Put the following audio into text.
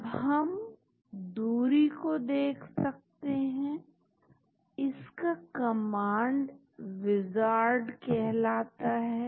अब हम दूरी को देख सकते हैं इसका कमांड विजार्ड कहलाता है